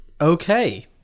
Okay